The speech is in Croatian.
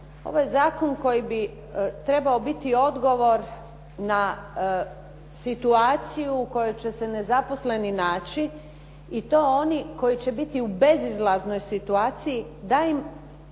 ovaj zakon koji bi trebao biti odgovor na situaciju u kojoj će se nezaposleni naći i to oni koji će biti u bezizlaznoj situaciji da im